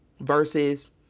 versus